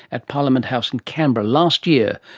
at parliament house in canberra last year,